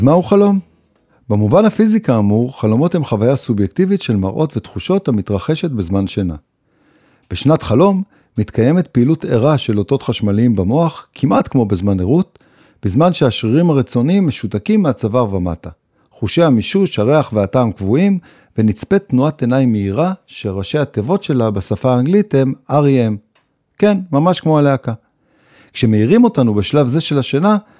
מהו חלום? במובן הפיזי, כאמור, חלומות הם חוויה סובייקטיבית של מראות ותחושות המתרחשת בזמן שינה. בשנת חלום, מתקיימת פעילות ערה של אותות חשמליים במוח, כמעט כמו בזמן ערות, בזמן שהשרירים הרצוניים משותקים מהצוואר ומטה. חושי המישוש, הריח והטעם קבועים, ונצפית תנועת עיניים מהירה, שראשי התיבות שלה בשפה האנגלית הם R.E.M.. כן, ממש כמו הלהקה. כשמאירים אותנו בשלב זה של השינה,